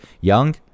young